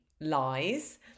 lies